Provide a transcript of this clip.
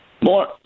More